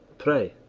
pray,